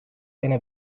eine